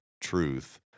truth